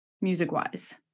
music-wise